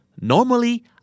Normally